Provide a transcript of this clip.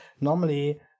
normally